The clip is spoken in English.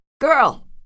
girl